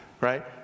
right